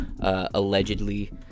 allegedly